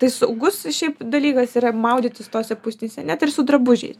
tai saugus šiaip dalykas yra maudytis tose pusnyse net ir su drabužiais